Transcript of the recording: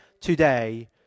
today